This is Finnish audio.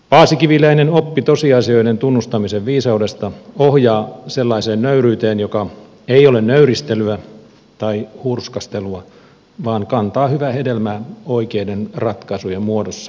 paasikiviläinen oppi tosiasioiden tunnustamisen viisaudesta ohjaa sellaiseen nöyryyteen joka ei ole nöyristelyä tai hurskastelua vaan kantaa hyvää hedelmää oikeiden ratkaisujen muodossa aikanaan